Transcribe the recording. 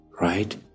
Right